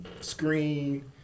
screen